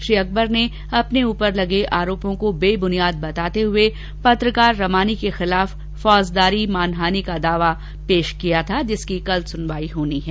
श्री अकबर ने अपने ऊपर लगे आरोपों को बेबुनियाद बताते हुए पत्रकार रमानी के खिलाफ फौजदारी मानहानि का दावा दायर किया था जिसकी सुनवाई कल होनी है